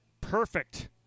perfect